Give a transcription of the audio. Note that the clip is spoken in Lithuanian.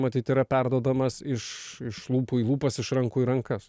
matyt yra perduodamas iš iš lūpų į lūpas iš rankų į rankas